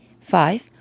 five